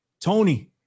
Tony